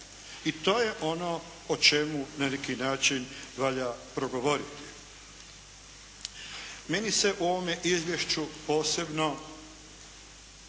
I to je ono o čemu na neki način valja progovoriti. Meni se u ovome izvješću posebno